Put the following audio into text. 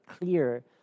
clear